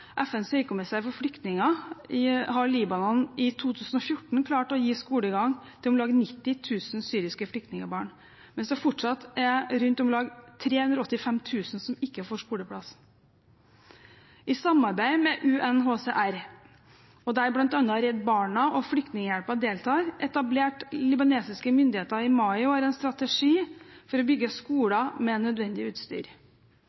FNs høykommissær for flyktninger har Libanon i 2014 klart å gi skolegang til om lag 90 000 syriske flyktningbarn, mens det fortsatt er om lag 385 000 som ikke får skoleplass. I samarbeid med UNHCR, der bl.a. Redd Barna og Flyktninghjelpen deltar, etablerte libanesiske myndigheter i mai i år en strategi for å bygge